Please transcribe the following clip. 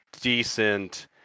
decent